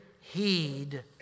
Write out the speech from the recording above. heed